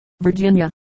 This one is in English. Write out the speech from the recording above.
Virginia